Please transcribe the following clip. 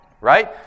right